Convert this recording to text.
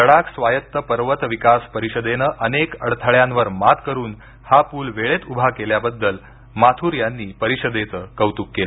लडाख स्वायत्त पर्वत विकास परिषदेने अनेक अडथळ्यांवर मात करून हा पूल वेळेत उभा केल्याबद्दल माथुर यांनी परिषदेचं कौतुक केलं